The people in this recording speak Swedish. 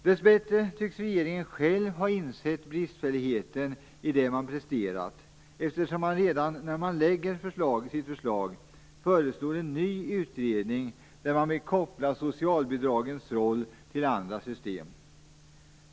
Dessbättre tycks regeringen själv ha insett bristfälligheten i det man presterat eftersom man redan när man lägger fram sitt förslag föreslår en ny utredning där man vill koppla socialbidragens roll till andra system.